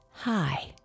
Hi